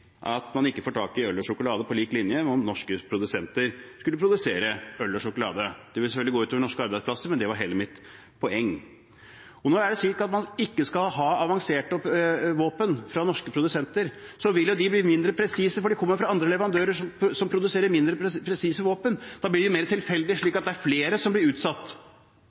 at man ikke får tak i øl og sjokolade på lik linje med om norske produsenter skulle produsere øl og sjokolade. Det ville selvfølgelig gå ut over norske arbeidsplasser, men det var hele mitt poeng. Hvis man ikke skal ha avanserte våpen fra norske produsenter, vil våpnene bli mindre presise, for de kommer fra andre leverandører som produserer mindre presise våpen. Da blir de mer tilfeldig, slik at det er flere som blir utsatt